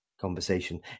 conversation